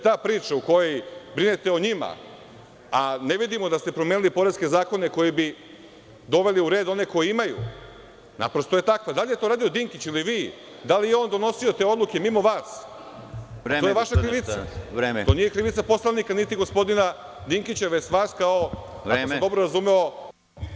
Ta priča gde brinete o njima, a ne vidimo da ste promenili poreske zakone koji bi doveli u red one koji imaju, naprosto je tako, da li je to radio Dinkić ili vi, da li je on donosio te odluke mimo vas, to je vaša krivica, to nije krivica niti poslanika, niti gospodina Dinkića već vas, ako sam dobro razumeo…